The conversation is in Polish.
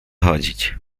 chodzić